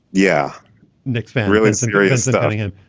yeah nick saban really isn't great isn't ah yeah it.